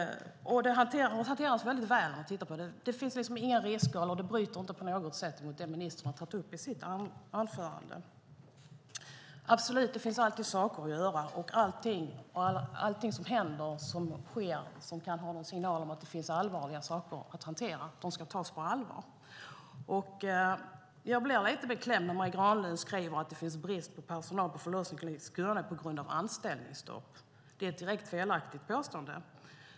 Det hanteras väldigt väl. Det finns inga risker, och det bryter inte på något sätt mot det ministern har tagit upp i sitt anförande. Det finns alltid saker att göra, och allting som händer och sker som kan ge en signal om att det finns allvarliga saker att hantera ska tas på allvar. Jag blir lite beklämd när Marie Granlund skriver att det finns brist på personal på förlossningskliniken i Skåne på grund av anställningsstopp. Det är ett direkt felaktigt påstående.